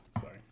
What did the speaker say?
Sorry